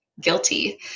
guilty